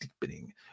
deepening